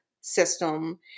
system